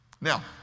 Now